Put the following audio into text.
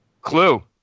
Clue